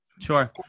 Sure